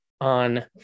on